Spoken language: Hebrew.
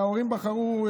ההורים בחרו,